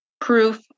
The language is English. proof